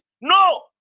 No